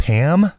Pam